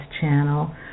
channel